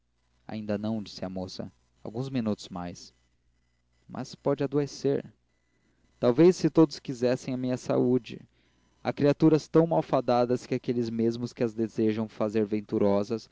ainda não disse a moça alguns minutos mais mas pode adoecer talvez se todos quiserem a minha saúde há criaturas tão malfadadas que aqueles mesmos que as desejam fazer venturosas